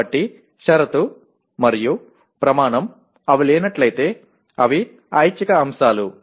కాబట్టి షరతు మరియు ప్రమాణం అవి లేనట్లయితే అవి ఐచ్ఛిక అంశాలు